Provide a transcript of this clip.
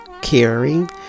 caring